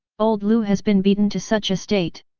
old liu has been beaten to such a state.